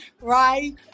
right